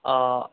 অঁ